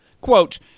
Quote